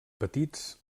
petits